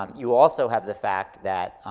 um you also have the fact that